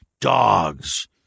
Dogs